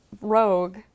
Rogue